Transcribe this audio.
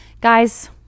Guys